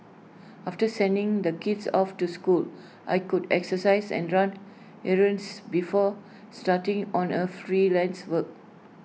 after sending the kids off to school I could exercise and run errands before starting on A freelance work